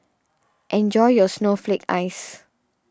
enjoy your Snowflake Ice